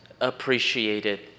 appreciated